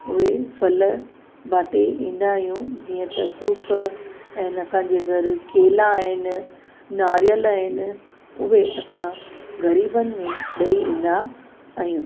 उहे फल बाटे ईंदा आहियूं जीअं त सूफ़ ऐं असांजे घर केला आहिनि नारेल आहिनि उहे असां ग़रीबनि में ॾेई ईंदा आहियूं